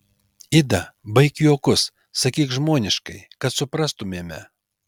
ida baik juokus sakyk žmoniškai kad suprastumėme